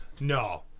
No